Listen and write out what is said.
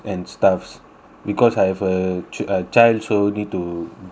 because I have a a child so need to give her